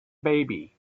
baby